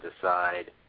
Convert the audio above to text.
decide